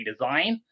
redesign